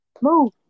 Move